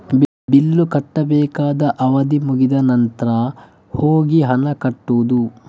bill ಕಟ್ಟಬೇಕಾದ ಅವಧಿ ಮುಗಿದ ನಂತ್ರ ಹೋಗಿ ಹಣ ಕಟ್ಟುದು